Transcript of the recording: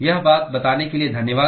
यह बात बताने के लिए धन्यवाद